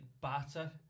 batter